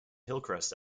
hillcrest